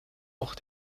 auch